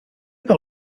par